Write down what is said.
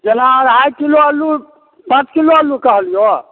जेना अढ़ाइ किलो आलू पाँच किलो आलू कहलियो